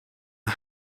are